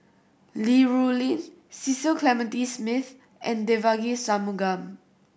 Li Rulin Cecil Clementi Smith and Devagi Sanmugam